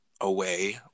away